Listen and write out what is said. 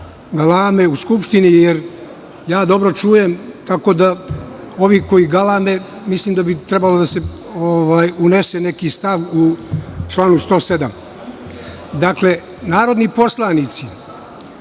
galame u Skupštini, jer ja dobro čujem, tako da ovi koji galame mislim da bi trebalo da se unese neki stav u članu 107.Dakle, narodni poslanici